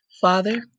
Father